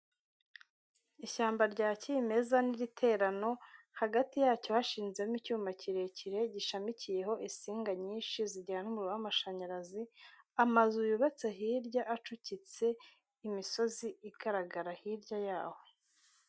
Ishyamba rya kimeza n'iriterano hagati yacyo hashinzemo icyuma kirekire gishamikiyeho insinga nyinshi zijyana umuriro w'amashanyarazi, amazu yubatse hirya acukitse, imisozi igaragara hirya yaho.